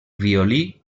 violí